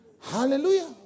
Hallelujah